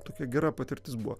tokia gera patirtis buvo